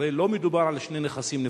הרי לא מדובר על שני נכסים נפרדים,